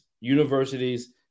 universities